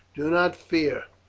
do not fear,